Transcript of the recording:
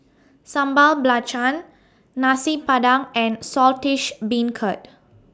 Sambal Belacan Nasi Padang and Saltish Beancurd